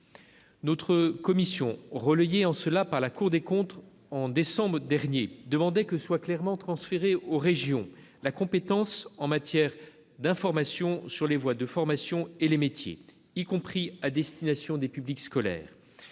Notre commission, relayée en cela par la Cour des comptes en décembre dernier, demandait que soit clairement transférée aux régions la compétence en matière d'information sur les voies de formation et les métiers, y compris à destination des publics scolaires